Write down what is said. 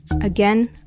Again